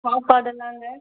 சாப்பாடுலுலாங்க